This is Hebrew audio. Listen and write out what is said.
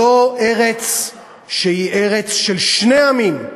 זו ארץ שהיא ארץ של שני עמים,